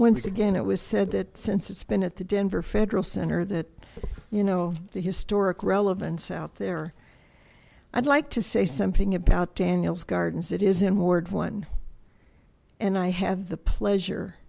once again it was said that since it's been at the denver federal center that you know the historic relevance out there i'd like to say something about daniel's gardens it is in ward one and i have the pleasure